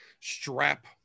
strap